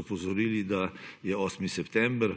opozorili, da je 8. september